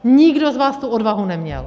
Nikdo z vás tu odvahu neměl.